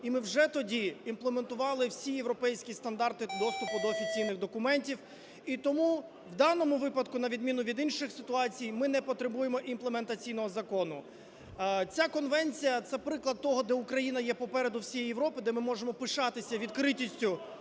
І ми вже тоді імплементували всі європейські стандарти доступу до офіційних документів. І тому в даному випадку, на відміну від інших ситуацій, ми не потребуємо імплементаційного закону. Ця конвенція – це приклад того, де Україна є попереду всієї Європи, де ми можемо пишатися відкритістю